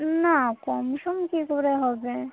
না কম সম কি করে হবে